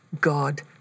God